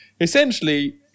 Essentially